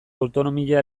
autonomia